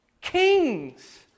Kings